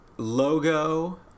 Logo